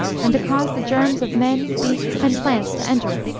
and to cause the germs of men, beasts, and plants to enter it,